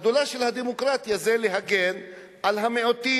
הגדולה של הדמוקרטיה זה להגן על המיעוטים,